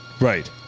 Right